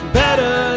better